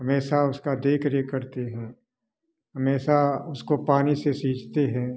हमेशा उसका देख रेख करते हैं हमेशा उसको पानी से सींचते हैं